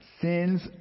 sins